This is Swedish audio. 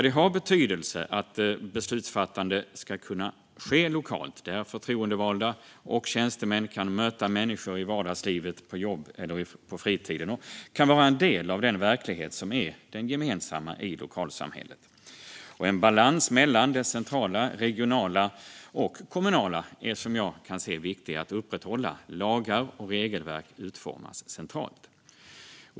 Det har betydelse att beslutsfattande ska kunna ske lokalt där förtroendevalda och tjänstemän kan möta människor i vardagslivet, i jobb eller på fritiden, och kan vara en del av den verklighet som är den gemensamma i lokalsamhället. En balans mellan det centrala, regionala och kommunala är, som jag kan se, viktig att upprätthålla. Lagar och regelverk utformas centralt.